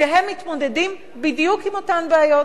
כשהם מתמודדים בדיוק עם אותן בעיות.